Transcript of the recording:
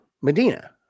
Medina